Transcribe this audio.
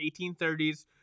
1830s